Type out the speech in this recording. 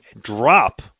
drop